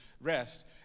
rest